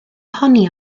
ohoni